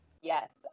Yes